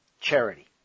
charity